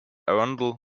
arundel